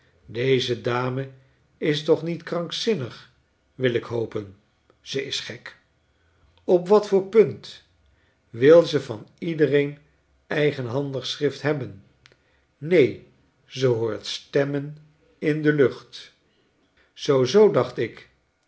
deze dame is toch niet krankzinnig wil ik hopen ze is gek op wat voor punt wil ze van iedereen eigenhandig schrift hebben neen ze hoort stemmen in de lucht zoo zoo dacht ik